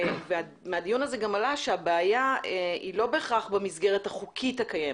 מהדיון הזה גם עלה שהבעיה היא לא בהכרח במסגרת החוקית הקיימת,